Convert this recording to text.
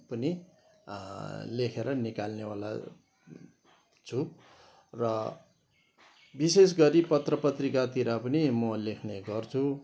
पनि लेखेर निकाल्नेवाला छु र विशेष गरी पत्र पत्रिकातिर पनि म लेख्ने गर्छु